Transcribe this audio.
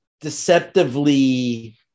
deceptively